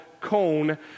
cone